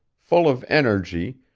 full of energy,